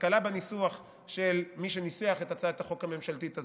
תקלה בניסוח של מי שניסח את הצעת החוק הממשלתית הזאת,